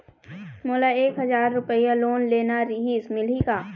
मोला एक हजार रुपया लोन लेना रीहिस, मिलही का?